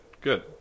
Good